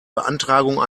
beantragung